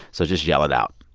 so just yell it out.